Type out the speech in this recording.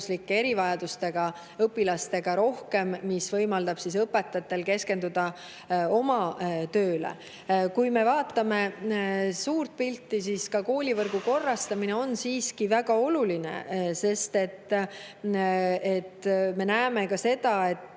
erivajadustega õpilastega, mis võimaldab õpetajatel keskenduda oma tööle. Kui me vaatame suurt pilti, siis ka koolivõrgu korrastamine on siiski väga oluline, sest me näeme seda, et